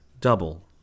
double